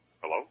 Hello